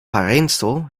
parenco